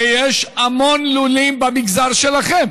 ויש המון לולים במגזר שלכם